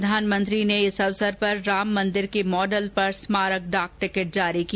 प्रधानमंत्री ने इस अवसर पर राम मन्दिर के मॉडल पर स्मारक डाक टिकट जारी की